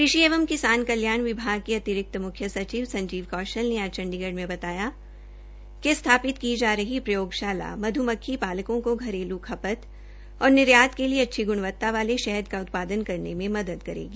कृषि एंव किसान कल्याण विभाग के अतिरिक्त मुख्य सचिव संजीव कौशल ने आज चंडीगढ़ में बताया कि संधापित की गई प्रयोगशाला मध्मक्खी पालकों को घरेलू खपत और निर्यात के लिए गुण्वत्ता वाले शहद की उत्पादन करने में मदद करेगी